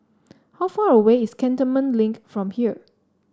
how far away is Cantonment Link from here